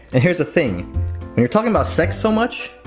and here's the thing we were talking about sex so much,